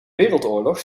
wereldoorlog